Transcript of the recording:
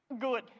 good